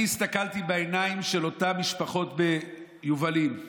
אני הסתכלתי בעיניים של אותן משפחות ביובלים,